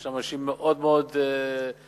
יש אנשים מאוד מאוד מוערכים,